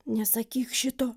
nesakyk šito